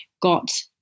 got